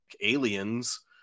aliens